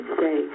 say